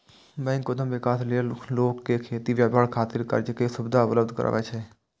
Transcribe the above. bank उद्यम विकास लेल लोक कें खेती, व्यापार खातिर कर्ज के सुविधा उपलब्ध करबै छै